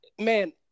man